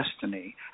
destiny